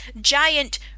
giant